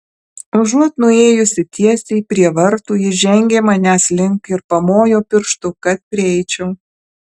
užuot nuėjusi tiesiai prie vartų ji žengė manęs link ir pamojo pirštu kad prieičiau